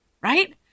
right